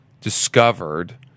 discovered